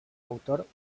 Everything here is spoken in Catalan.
autor